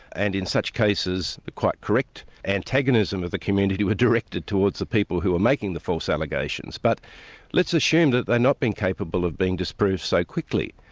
and in such cases the quite correct antagonism of the community was directed towards the people who were making the false allegations. but let's assume that they've not been capable of being disproved so quickly.